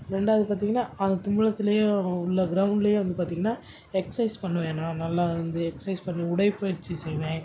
ரெண்டாது பார்த்திங்கனா அந்த தும்பலத்துலயும் உள்ள க்ரௌண்ட்லேயே வந்து பார்த்திங்கனா எக்சைஸ் பண்ணுவேன் நான் நல்லா வந்து எக்சைஸ் பண்ணி உடற்பயிற்சி செய்வேன்